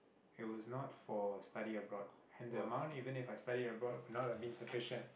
it was not for study abroad and the amount even If I study aborad would not have been sufficient